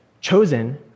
chosen